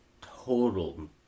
total